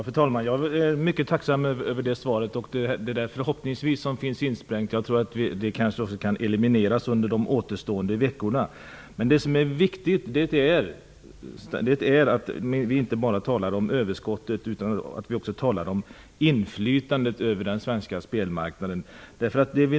Fru talman! Jag är mycket tacksam för det svaret. Detta "förhoppningsvis" som finns insprängt kan kanske elimineras under de återstående veckorna. Det är viktigt att vi inte bara talar om överskottet. Vi måste också tala om inflytandet över den svenska spelmarknaden.